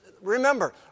Remember